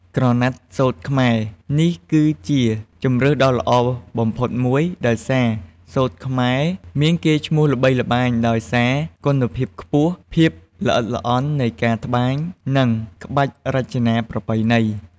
ក្រណាត់សូត្រខ្មែរ នេះគឺជាជម្រើសដ៏ល្អបំផុតមួយ ដោយសារ សូត្រខ្មែរ មានកេរ្តិ៍ឈ្មោះល្បីល្បាញដោយសារគុណភាពខ្ពស់ ភាពល្អិតល្អន់នៃការត្បាញ និងក្បាច់រចនាប្រពៃណី។